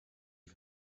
die